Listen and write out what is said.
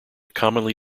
commonly